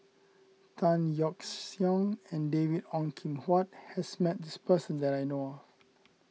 Tan Yeok Seong and David Ong Kim Huat has met this person that I know of